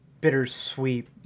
bittersweet